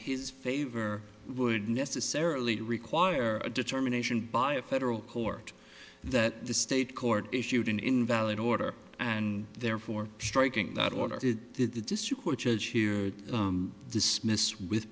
his favor would necessarily require a determination by a federal court that the state court issued an invalid order and therefore striking that order did the district court judge here dismissed with